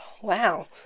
Wow